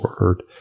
word